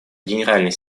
генеральный